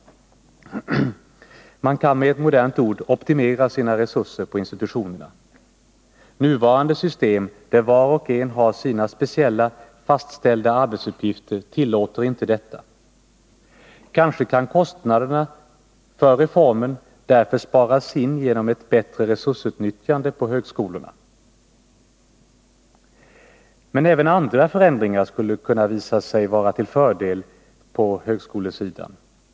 Man kan — för att använda ett modernt ord — optimera sina resurser på institutionerna. Nuvarande system, där var och en har sina speciella fastställda arbetsuppgifter, tillåter inte detta. Kanske kan kostnaderna för reformen därför minskas genom ett bättre resursutnyttjande på högskolorna. Men även andra förändringar skulle kunna visa sig vara till fördel på högskolesidan.